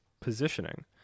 positioning